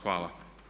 Hvala.